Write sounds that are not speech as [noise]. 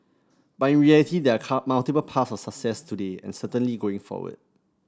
but in reality there are [unintelligible] multiple path of success today and certainly going forward